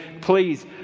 please